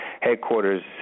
headquarters